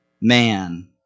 man